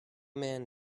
man